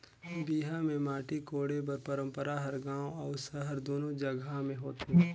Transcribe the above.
बिहा मे माटी कोड़े कर पंरपरा हर गाँव अउ सहर दूनो जगहा मे होथे